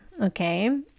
Okay